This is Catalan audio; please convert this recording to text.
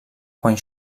quan